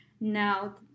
now